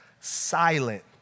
silent